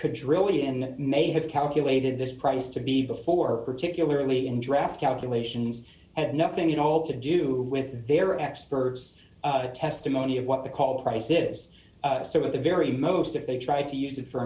could really and may have calculated this price to be before particularly in draft calculations had nothing at all to do with their experts testimony of what they call price this some of the very most that they tried to use it for